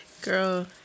girl